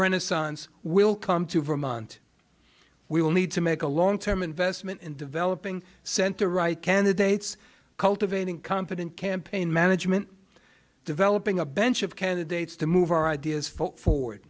renaissance will come to vermont we will need to make a long term investment in developing center right candidates cultivating competent campaign management developing a bench of candidates to move our ideas for for